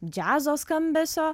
džiazo skambesio